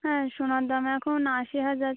হ্যাঁ সোনার দাম এখন আশি হাজার